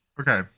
Okay